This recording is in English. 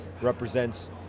represents